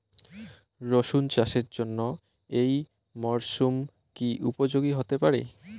রসুন চাষের জন্য এই মরসুম কি উপযোগী হতে পারে?